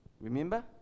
Remember